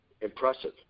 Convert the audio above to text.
impressive